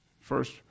First